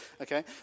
okay